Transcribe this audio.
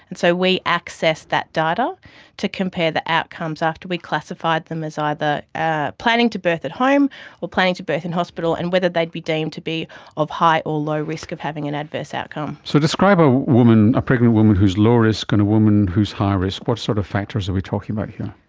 and so we accessed that data to compare the outcomes after we classified them as either ah planning to birth at home or planning to birth in hospital, and whether they'd be deemed to be of high or low risk of having an adverse outcome. so describe a ah pregnant woman who is low risk and a woman who is high risk. what sort of factors are we talking about here?